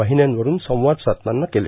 वाहिन्यांवरून संवाद साधताना केले